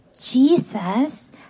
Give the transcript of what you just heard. Jesus